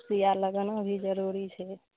सुइया लगाना भी जरूरी छै